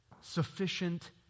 sufficient